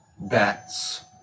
bats